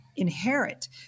Inherit